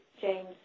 James